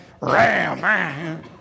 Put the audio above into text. Ram